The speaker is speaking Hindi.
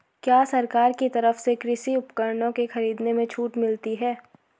क्या सरकार की तरफ से कृषि उपकरणों के खरीदने में छूट मिलती है?